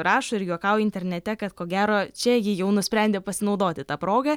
rašo ir juokauja internete kad ko gero čia ji jau nusprendė pasinaudoti ta proga